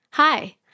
Hi